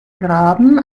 graben